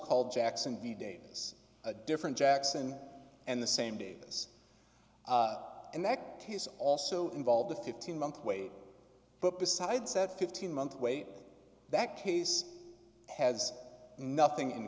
called jackson v davis a different jackson and the same davis and that case also involve the fifteen month wait but besides that fifteen month wait that case has nothing in